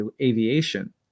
aviation